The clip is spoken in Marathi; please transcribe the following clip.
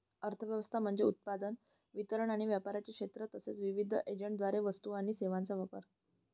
अर्थ व्यवस्था म्हणजे उत्पादन, वितरण आणि व्यापाराचे क्षेत्र तसेच विविध एजंट्सद्वारे वस्तू आणि सेवांचा वापर